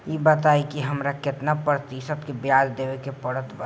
ई बताई की हमरा केतना प्रतिशत के ब्याज देवे के पड़त बा?